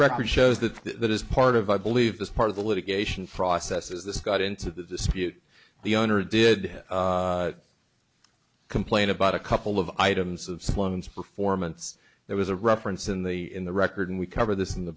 record shows that that is part of i believe this part of the litigation process is this got into the dispute the owner did complain about a couple of items of someone's performance there was a reference in the in the record and we covered this in the